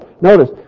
Notice